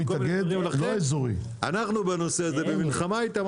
לכן אנחנו בנושא הזה במלחמה איתם.